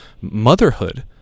motherhood